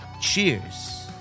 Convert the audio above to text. Cheers